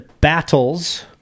Battles